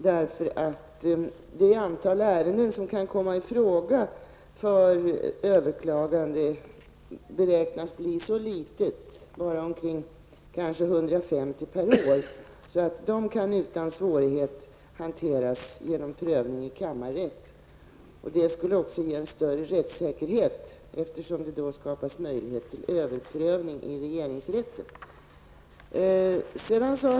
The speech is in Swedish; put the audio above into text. Det antal ärenden som kan komma i fråga för överklagande beräknas nämligen bli så litet -- bara omkring 150 per år -- att dessa utan svårighet kan hanteras genom prövning i kammarrätt. Det skulle också ge en större rättssäkerhet, eftersom det då skapas möjlighet till överprövning i regeringsrätten.